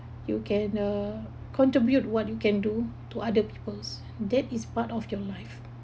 you can uh contribute what you can do to other peoples that is part of your life